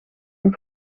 een